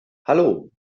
hallo